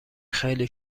خیلی